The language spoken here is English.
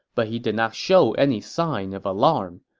but he did not show any sign of alarm.